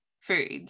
food